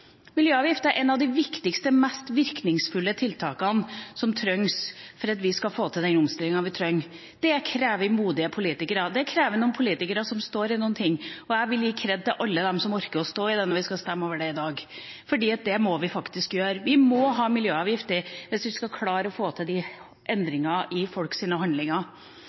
er et av de viktigste, mest virkningsfulle tiltakene for at vi skal få til den omstillinga vi trenger. Det krever modige politikere, og det krever politikere som står i det, og jeg vil gi kred til alle dem som orker å stå i det når vi skal stemme over det i dag, fordi det må vi faktisk gjøre – vi må ha miljøavgifter hvis vi skal klare å få til endringer i folks handlinger.